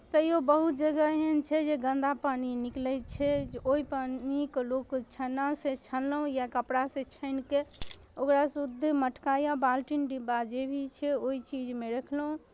तैओ बहुत जगह एहन छै जे गन्दा पानि निकलै छै जे ओहि पानिके लोक छन्नासँ छनलहुँ या कपड़ासँ छानि कऽ ओकरा शुद्ध मटका या बालटिन डिब्बा जे भी छै तऽ ओहि चीजमे रखलहुँ